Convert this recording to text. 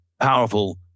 powerful